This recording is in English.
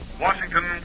Washington